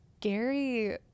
Gary